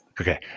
Okay